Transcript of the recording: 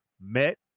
Met